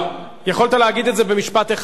יכולת להגיד את זה במשפט אחד, אתה יודע.